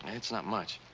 it's not much.